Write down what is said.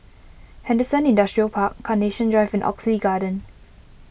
Henderson Industrial Park Carnation Drive and Oxley Garden